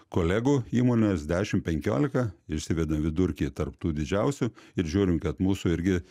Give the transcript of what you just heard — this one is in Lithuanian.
kolegų įmonės dešimt penkiolika išsivedam vidurkį tarp tų didžiausių ir žiūrim kad mūsų irgi